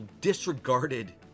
disregarded